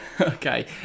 Okay